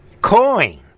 coin